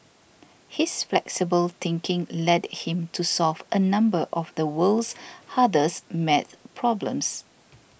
his flexible thinking led him to solve a number of the world's hardest math problems